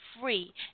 free